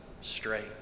straight